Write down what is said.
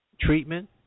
treatment